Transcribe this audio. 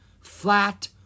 flat